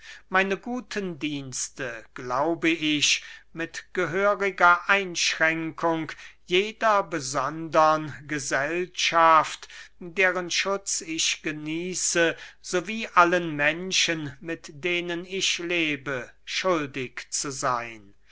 meine guten dienste glaube ich mit gehöriger einschränkung jeder besondern gesellschaft deren schutz ich genieße so wie allen menschen mit denen ich lebe schuldig zu seyn